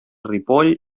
ripoll